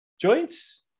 joints